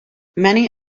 many